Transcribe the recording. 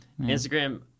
Instagram